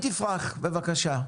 יפרח, בבקשה.